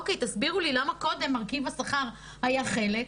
אוקיי, תסבירו לי למה קודם מרכיב השכר היה חלק,